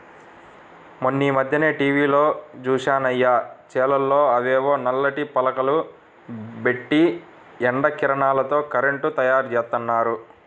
మొన్నీమధ్యనే టీవీలో జూశానయ్య, చేలల్లో అవేవో నల్లటి పలకలు బెట్టి ఎండ కిరణాలతో కరెంటు తయ్యారుజేత్తన్నారు